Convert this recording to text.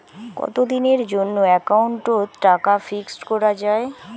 কতদিনের জন্যে একাউন্ট ওত টাকা ফিক্সড করা যায়?